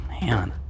man